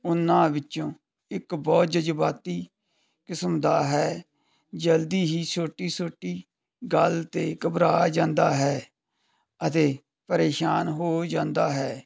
ਉਹਨਾਂ ਵਿੱਚੋਂ ਇੱਕ ਬਹੁਤ ਜਜ਼ਬਾਤੀ ਕਿਸਮ ਦਾ ਹੈ ਜਲਦੀ ਹੀ ਛੋਟੀ ਛੋਟੀ ਗੱਲ 'ਤੇ ਘਬਰਾ ਜਾਂਦਾ ਹੈ ਅਤੇ ਪ੍ਰੇਸ਼ਾਨ ਹੋ ਜਾਂਦਾ ਹੈ